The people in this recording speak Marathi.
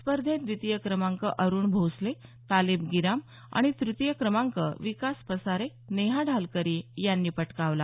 स्पर्धेत द्वितीय क्रमांक अरुण भोसले तालेब गिराम आणि तृतीय क्रमांक विकास पसारे नेहा ढालकरी यांनी पटकावला